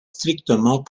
strictement